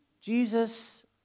Jesus